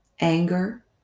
anger